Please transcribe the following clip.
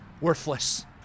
worthless